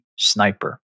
Sniper